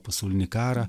pasaulinį karą